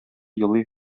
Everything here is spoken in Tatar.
елый